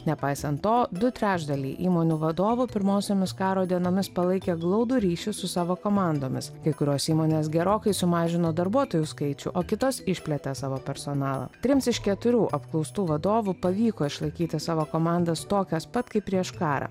nepaisant to du trečdaliai įmonių vadovų pirmosiomis karo dienomis palaikė glaudų ryšį su savo komandomis kai kurios įmonės gerokai sumažino darbuotojų skaičių o kitos išplėtė savo personalą trims iš keturių apklaustų vadovų pavyko išlaikyti savo komandas tokias pat kaip prieš karą